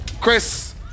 Chris